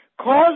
Cause